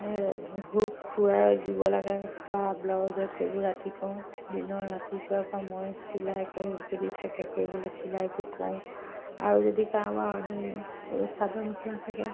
hook খুৱাই দিব লাগে চোলা ব্লাউজত সেইবোৰ ৰাতি কওঁ দিনৰ ৰাতিপুৱাৰ পৰা মই চিলাই কৰি যদি থাকে কৰিবলে চিলাইবোৰ কওঁ আৰু যদি কাৰবাৰ অৰ্ডাৰ চাদৰ মেখেলা থাকে